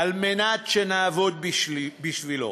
על מנת שנעבוד בשבילו.